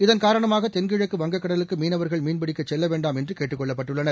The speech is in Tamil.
இதன் காரணமாக தென்கிழக்கு வங்கக்கடலுக்கு மீனவர்கள் மீன்பிடிக்கச் செல்ல வேண்டாம் என்று கேட்டுக் கொள்ளப்பட்டுள்ளனர்